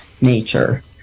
nature